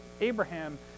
Abraham